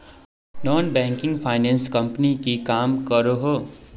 Non banking finance company की काम करोहो?